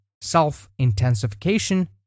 self-intensification